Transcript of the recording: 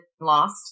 lost